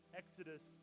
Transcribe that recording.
exodus